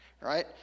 right